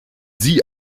sie